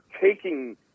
taking –